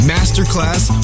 Masterclass